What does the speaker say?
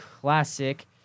Classic